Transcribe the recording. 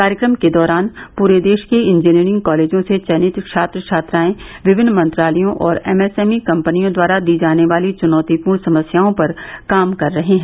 कार्यक्रम के दौरान पूरे देश के इंजीनियरिंग कॉलेजों से चयनित छात्र छात्राएं विभिन्न मंत्रालयों और एम एस एम ई कंपनियों द्वारा दी जाने वाली चुनौतीपूर्ण समस्याओं पर काम कर रहे हैं